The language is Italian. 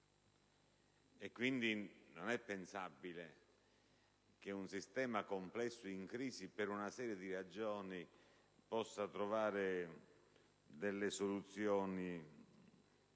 Pertanto, non è pensabile che un sistema complesso e in crisi per una serie di ragioni possa trovare delle soluzioni nel